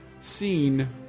seen